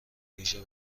ویژه